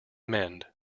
mend